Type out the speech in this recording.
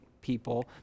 people